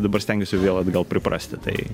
dabar stengiuosi vėl atgal priprasti tai